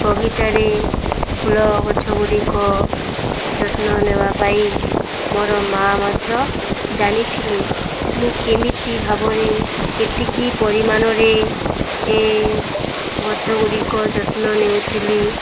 ବଗିଚାରେ ଫୁଲ ଗଛଗୁଡ଼ିକ ଯତ୍ନ ନେବା ପାଇଁ ମୋର ମା ମଧ୍ୟ ଜାଣିଥିଲେ ମୁଁ କେମିତି ଭାବରେ କେତିକି ପରିମାଣରେ ଏ ଗଛଗୁଡ଼ିକ ଯତ୍ନ ନେଉଥିଲି